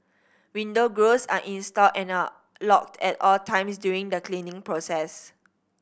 window grilles are installed and are locked at all times during the cleaning process